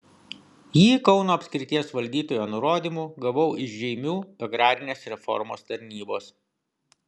jį kauno apskrities valdytojo nurodymu gavau iš žeimių agrarinės reformos tarnybos